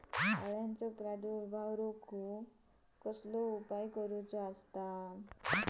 अळ्यांचो प्रादुर्भाव रोखुक उपाय कसो करूचो?